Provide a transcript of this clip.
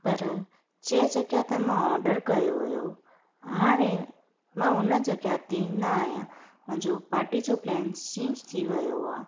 पर जंहिं जॻहिं तां मां ऑडर कयो हुओ उहो हाणे मां उन जॻह ते न आहियां मुंहिंजो पाटी जो प्लान्स चेंज थी वियो आहे